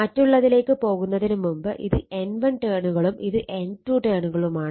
മറ്റുള്ളതിലേക്ക് പോകുന്നതിന് മുമ്പ് ഇത് N1 ടേണും ഇത് N2 ടേണുമാണ്